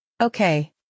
Okay